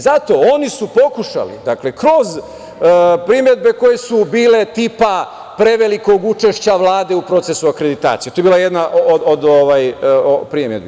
Zato su oni pokušali kroz primedbe koje su bile tipa prevelikog učešća Vlade u procesu akreditacije, to je bila jedna od primedbi.